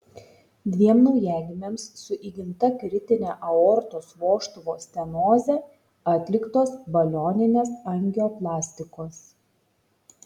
dviem naujagimiams su įgimta kritine aortos vožtuvo stenoze atliktos balioninės angioplastikos